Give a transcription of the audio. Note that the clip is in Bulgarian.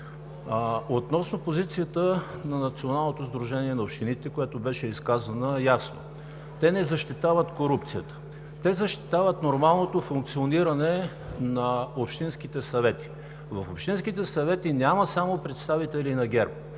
Относно позицията на Националното сдружение на общините, която беше изказана ясно. Те не защитават корупцията. Те защитават нормалното функциониране на общинските съвети. В общинските съвети няма само представители на ГЕРБ.